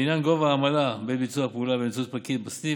לעניין גובה העמלה בעת ביצוע הפעולה באמצעות פקיד בסניף,